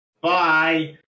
Bye